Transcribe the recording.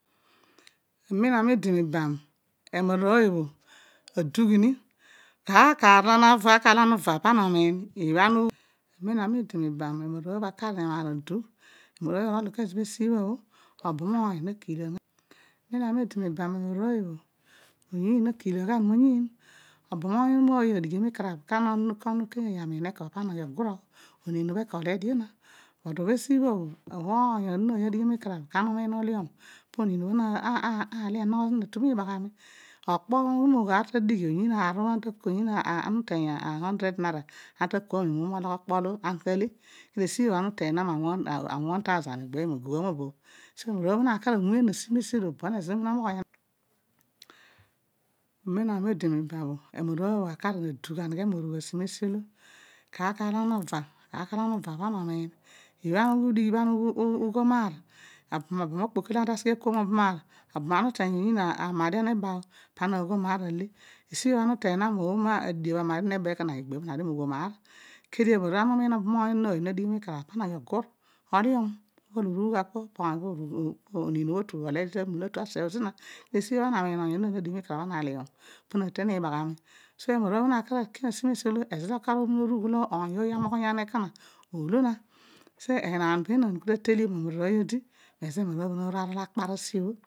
Amen aami odi mibam emararooy bho adughini kar kar olo ana uva te bho ana ava bho pana omiin, amen omi odi mibam emaararooy bho akar amaar adugh, emaararooy bho orol io kezo bho esibha bho obam oony nekiilan gha mo, okanya odi, amen ami odi mo obam oony, oyiin na kiilan gha mo oyiin, obam oony kooy adighi mikarabh kar ano okanyooy aghi ami eko po ghi ogurugh oniin obho erao eledio na but obho esibha bho, obam obho amiin obho nadighi mikarabh kama umiin uliom, poniin na le anogho zina, atunibaghami, okpo olo ana ughi mogho aer ta adighi ana ubham anaira ana ta koni maar olo ana kale kedio esibho ana uteny nani ma one thousand ibeebi molo ana kaliom edian, igbeebh io ma- guugh amaho bh, so eman arooy na laar anweghi an miikanya bobonezo olo omin onnoghoruyan oho hu amem ami odi mibam kar kar olo ana uva pana omiin, ana amiin oony onon olo na dighi mikarabh kana uliom, oyiin obho ta atol asebh zina, kedio esibha bho ana aniin obam oony olo nadigh mikarabh kana aliom pu na ten ibaghami esibha bho emararooy na atu asi mo si olo umoghonyan mu, ezo olo omoghonya ekon a olo na, enaan benaan ta tue atediom ma rooy odi modigh ezo bho emararooy inakpar asi bho.